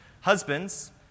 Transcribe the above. Husbands